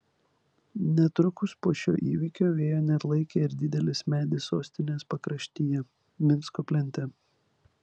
netrukus po šio įvykio vėjo neatlaikė ir didelis medis sostinės pakraštyje minsko plente